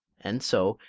and so,